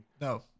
No